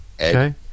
Okay